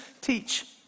teach